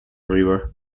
river